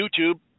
YouTube